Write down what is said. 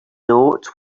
note